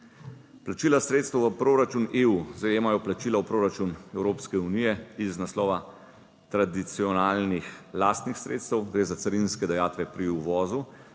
Plačila sredstev v proračun EU zajemajo plačila v proračun Evropske unije iz naslova tradicionalnih lastnih sredstev, gre za carinske dajatve pri uvozu,